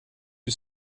you